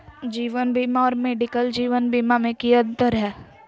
जीवन बीमा और मेडिकल जीवन बीमा में की अंतर है?